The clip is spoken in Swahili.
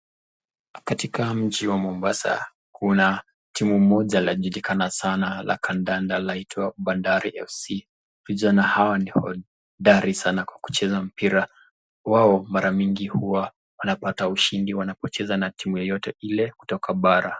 Katika mji la mombasa kuna timu moja lajulikana sana la kandanda laitwa Bandari Fc . Vijana hawa ni hodari sana kwa kucheza mpira. Wao mara mingi huwa wanapata ushindi wanapocheza na timu yoyote ile kutoka bara.